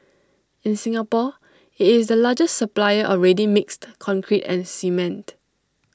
in Singapore IT is the largest supplier of ready mixed concrete and cement